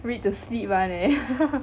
read to sleep [one] leh